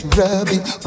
rubbing